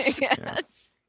Yes